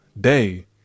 day